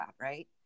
right